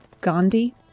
Gandhi